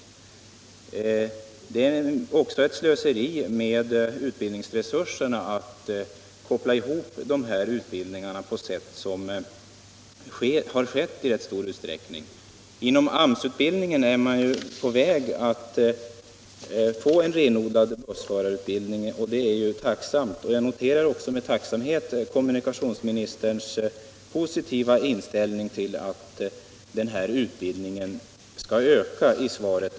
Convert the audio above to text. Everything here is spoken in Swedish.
Det är ett slöseri med utbildningsresurserna att koppla ihop dessa utbildningar på det sätt som i rätt stor utsträckning skett. Inom AMS utbildningen är man ju på väg att få en renodlad bussförarutbildning, och det är tacknämligt. Jag noterar med tacksamhet den positiva inställning som kommunikationsministern i svaret på min fråga redovisar till att denna utbildning skall öka.